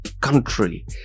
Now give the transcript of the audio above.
country